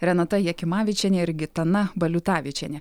renata jakimavičienė ir gitana baliutavičienė